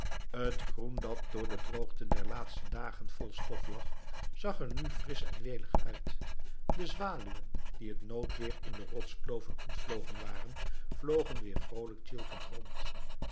het groen dat door de droogte der laatste dagen vol stof lag zag er nu frisch en welig uit de zwaluwen die het noodweer in de rotskloven ontvloden waren vlogen weer vroolijk sjilpend rond